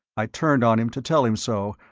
i turned on him to tell him so,